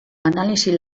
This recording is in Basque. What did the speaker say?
analisi